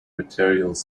materials